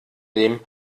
dem